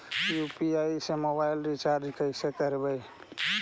UPI से mobile recharge कैसे करबइ?